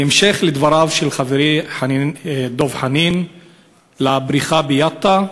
בהמשך לדבריו של חברי דב חנין בנושא הבריכה ביטא,